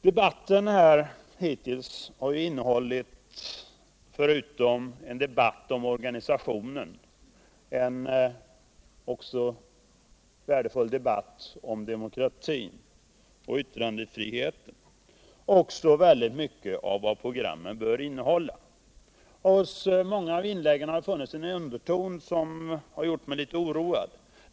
Debatten hittills har varit —- förutom en debatt om organisationen — en värdefull diskussion om demokrati och yttrandefrihet och även i stor utsträckning om vad programmen bör innehålla. Men i många av inläggen har det funnits en underton som gjort mig litet oroad.